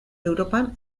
europan